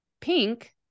Pink